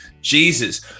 Jesus